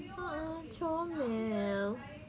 a'ah comel